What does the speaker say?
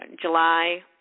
July